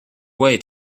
way